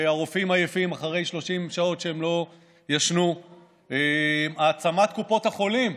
והרופאים עייפים אחרי 30 שעות שהם לא ישנו; העצמת קופות החולים,